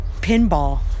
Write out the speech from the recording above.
Pinball